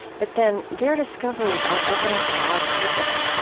but then, their discoveries are evidence of our purpose.